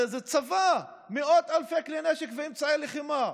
זה צבא, מאות אלפי כלי נשק ואמצעי לחימה.